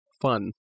fun